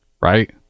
Right